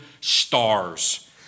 stars